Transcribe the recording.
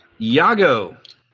Yago